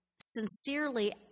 sincerely